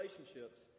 relationships